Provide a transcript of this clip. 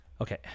Okay